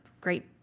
great